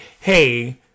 hey